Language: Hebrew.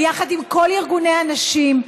ביחד עם כל ארגוני הנשים,